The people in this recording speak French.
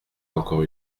encore